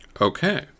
Okay